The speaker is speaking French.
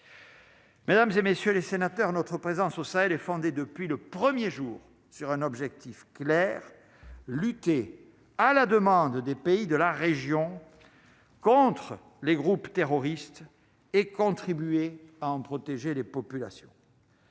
Mesdames et messieurs les sénateurs, notre présence au Sahel et fondée depuis le 1er jour sur un objectif clair : lutter à la demande des pays de la région contre les groupes terroristes et contribuer à en protéger les populations.